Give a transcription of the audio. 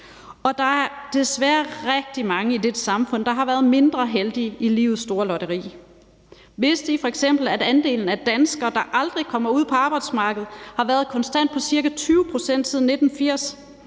Og der er desværre rigtig mange i dette samfund, der har været mindre heldige i livets store lotteri. Vidste I f.eks., at andelen af danskere, der aldrig kommer ud på arbejdsmarkedet, har været konstant på ca. 20 pct. siden 1980?